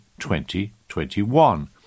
2021